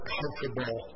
comfortable